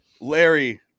Larry